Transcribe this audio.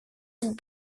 het